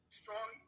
strong